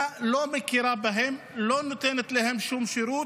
לא מכירה בהם ולא נותנת להם שום שירות,